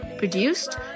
Produced